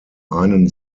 einen